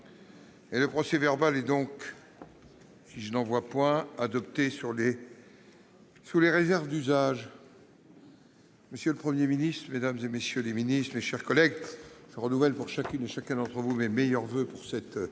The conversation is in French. ... Le procès-verbal est adopté sous les réserves d'usage. Monsieur le Premier ministre, mesdames, messieurs les ministres, mes chers collègues, je renouvelle à chacune et à chacun d'entre vous mes meilleurs voeux pour cette année